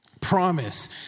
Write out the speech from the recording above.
Promise